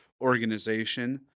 organization